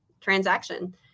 transaction